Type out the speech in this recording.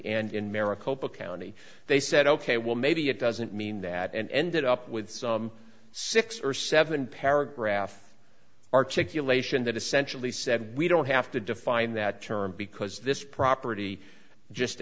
maricopa county they said ok well maybe it doesn't mean that and ended up with some six or seven paragraph articulation that essentially said we don't have to define that term because this property just